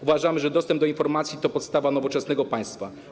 Uważamy, że dostęp do informacji to podstawa nowoczesnego państwa.